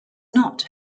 not